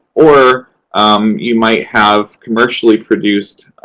or you might have commercially produced